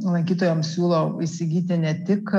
lankytojams siūlo įsigyti ne tik